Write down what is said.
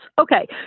Okay